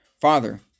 Father